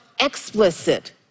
explicit